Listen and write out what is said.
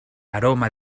aroma